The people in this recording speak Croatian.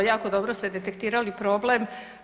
Jako dobro ste detektirali problem.